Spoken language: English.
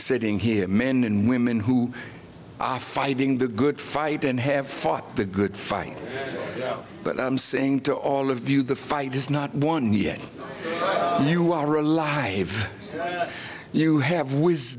sitting here men and women who are fighting the good fight and have fought the good fight you know but i'm saying to all of you the fight is not won yet you are alive you have